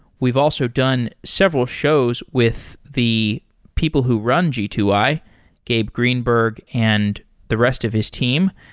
we've also done several shows with the people who run g two i, gabe greenberg, and the rest of his team.